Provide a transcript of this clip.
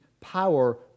power